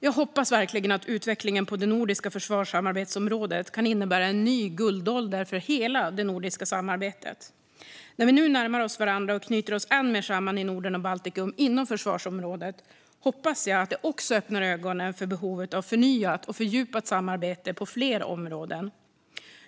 Jag hoppas verkligen att utvecklingen på det nordiska försvarssamarbetsområdet kan innebära en ny guldålder för hela det nordiska samarbetet. När vi nu närmar oss varandra och knyter oss än mer samman i Norden och Baltikum inom försvarsområdet hoppas jag att det också öppnar ögonen för behovet av förnyat och fördjupat samarbete på fler områden.